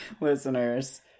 listeners